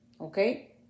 okay